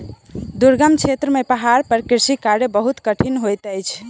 दुर्गम क्षेत्र में पहाड़ पर कृषि कार्य बहुत कठिन होइत अछि